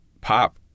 pop